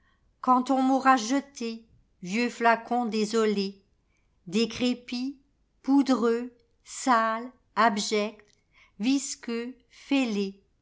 armoirequand on m'aura jeté vieux flacon désolé décrépit poudreux sale abject visqueux fêlé